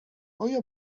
آیا